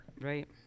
Right